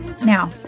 Now